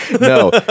No